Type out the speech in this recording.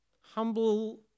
Humble